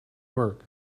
work